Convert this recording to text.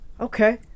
Okay